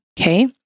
Okay